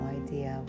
idea